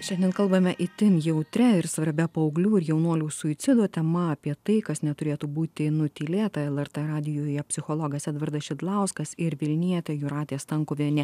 šiandien kalbame itin jautria ir svarbia paauglių ir jaunuolių suicido tema apie tai kas neturėtų būti nutylėta lrt radijuje psichologas edvardas šidlauskas ir vilnietė jūratė stankuvienė